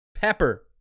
Pepper